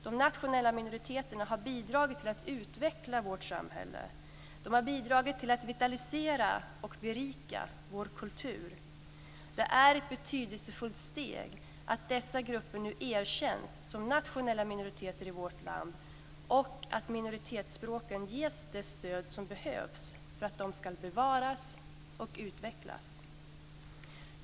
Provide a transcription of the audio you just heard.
De nationella minoriteterna har bidragit till att utveckla vårt samhälle och till att vitalisera och berika vår kultur. Det är ett betydelsefullt steg att dessa grupper nu erkänns som nationella minoriteter i vårt land och att minoritetsspråken ges det stöd som behövs för att de ska bevaras och utvecklas.